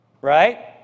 Right